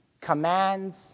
commands